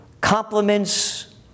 Compliments